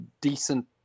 decent